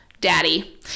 daddy